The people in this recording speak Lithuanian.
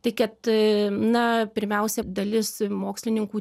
tai kad na pirmiausia dalis mokslininkų